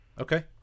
Okay